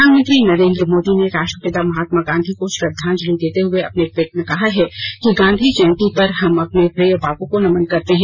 प्रधानमंत्री नरेंद्र मोदी ने राष्ट्रपिता महात्मा गांधी को श्रद्धांजलि देते हुए अपने ट्वीट में कहा है कि गांधी जयंती पर हम अपने प्रिय बापू को नमन करते हैं